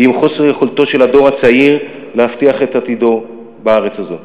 ועם חוסר יכולתו של הדור הצעיר להבטיח את עתידו בארץ הזו,